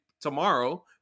tomorrow